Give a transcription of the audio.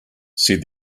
said